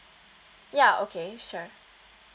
ya okay sure